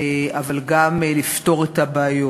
אבל גם לפתור את הבעיות.